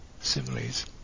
similes